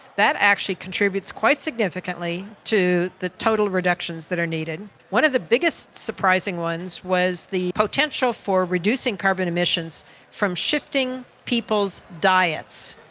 that actually contributes quite significantly to the total reductions that are needed. one of the biggest surprising ones was the potential for reducing carbon emissions from shifting people's diets,